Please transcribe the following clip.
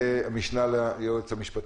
המשנה ליועץ המשפטי.